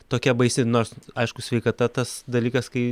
tokia baisi nors aišku sveikata tas dalykas kai